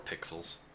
pixels